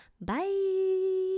Bye